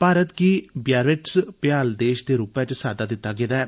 भारत गी बियारिट्ज़ भ्याल देश दे रुपै च साद्दा दिता गेदा ऐ